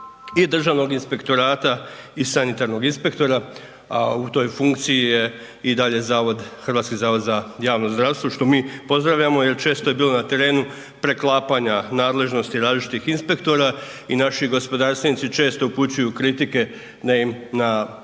Državnog inspektorata i sanitarnog inspektora, a u toj funkciji je i dalje Hrvatski zavod za javno zdravstvo, što mi pozdravljamo jer često je bilo na terenu preklapanja nadležnosti različitih inspektora i naši gospodarstvenici često upućuju kritike ne, na